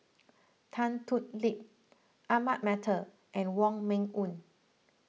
Tan Thoon Lip Ahmad Mattar and Wong Meng Voon